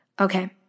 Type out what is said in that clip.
Okay